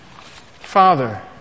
Father